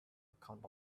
account